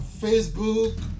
facebook